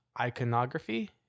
iconography